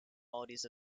qualities